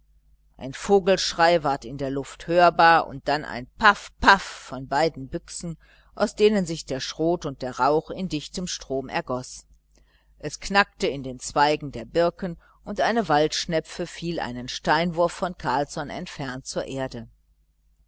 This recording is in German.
ein vogelschrei ward in der luft hörbar und dann ein paff paff von beiden büchsen aus denen sich der schrot und der rauch in dichtem strom ergoß es knackte in den zweigen der birken und eine waldschnepfe fiel einen steinwurf von carlsson entfernt zur erde